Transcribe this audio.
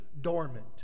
dormant